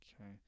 okay